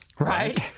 Right